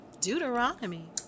Deuteronomy